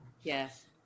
Yes